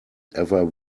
ever